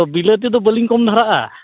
ᱵᱤᱞᱟᱹᱛᱤ ᱫᱚ ᱵᱟᱹᱞᱤᱧ ᱠᱚᱢ ᱫᱷᱟᱨᱟᱜᱼᱟ